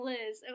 Liz